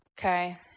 Okay